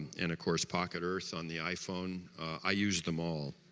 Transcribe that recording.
and of course poket earth on the iphone, i use them all